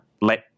Let